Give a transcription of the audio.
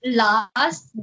last